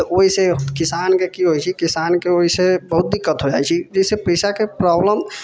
तऽ ओहिसे किसान के की होइ छै किसान के ओहिसे बहुत दिक्कत हो जाइ छै जाहिसे पैसा के प्रॉब्लम